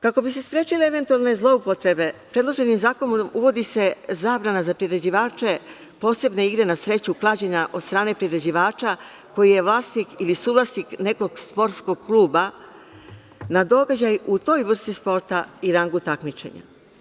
Kako bi se sprečile eventualne zloupotrebe, predloženim zakonom se uvodi zabrana za priređivače posebne igre na sreću, klađenja od strane priređivača koji je vlasnik ili suvlasnik nekog sportskog kluba, na događaj u toj vrsti sporta i rangu takmičenja.